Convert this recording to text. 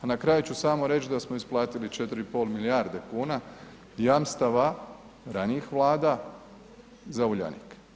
A na kraju ću samo reći da smo isplatili 4,5 milijarde kuna jamstava ranijih vlada za Uljanik.